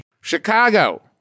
Chicago